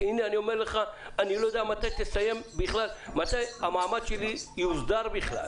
כי אני לא יודע מתי המעמד שלי יוסדר בכלל.